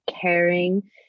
caring